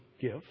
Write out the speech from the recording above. give